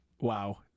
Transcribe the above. wow